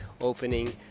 opening